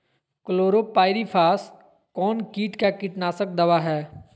Chlorpyrifos कौन किट का कीटनाशक दवा है?